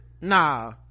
Nah